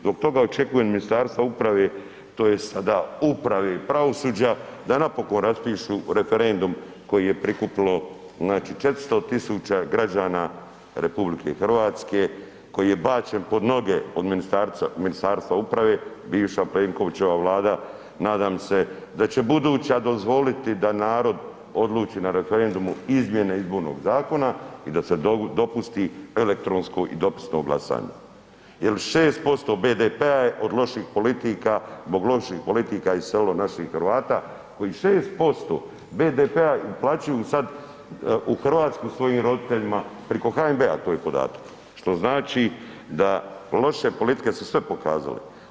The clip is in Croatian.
Zbog toga očekujem od Ministarstva uprave tj. sada uprave i pravosuđa da napokon raspišu referendum koji je prikupilo znači 400.000 građana RH koji je bačen pod noge od Ministarstva uprave, bivša Plenkovićeva Vlada nadam se da će buduća dozvoliti da narod odluči na referendumu izmjene izbornog zakona i da se dopusti elektronsko i dopisno glasanje, jer 6% BDP je od loših politika, zbog loših politika iselilo naših Hrvata koji 6% BDP plaćaju sad u Hrvatsku svojim roditeljima priko NHB-a to je podatak, što znači da, loše politike su sve pokazale.